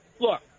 Look